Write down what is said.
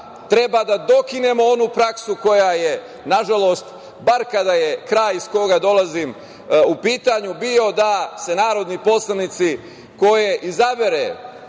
treba da dokinemo onu praksu koja je, nažalost, bar kada je kraj iz koga dolazim u pitanju, bila da se narodni poslanici koje izabere